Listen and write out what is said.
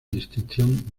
distinción